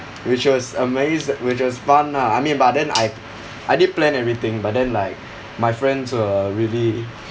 which was amaz~ which was fun lah I mean but then I I did plan everything but then like my friends were really